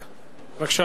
בבקשה,